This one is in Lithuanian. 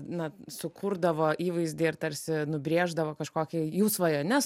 na sukurdavo įvaizdį ir tarsi nubrėždavo kažkokią jų svajones